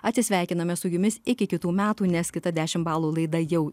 atsisveikiname su jumis iki kitų metų nes kita dešimt balų laida jau